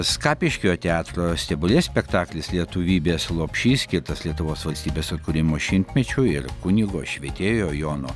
skapiškio teatro stebulės spektaklis lietuvybės lopšys skirtas lietuvos valstybės atkūrimo šimtmečiui ir kunigo švietėjo jono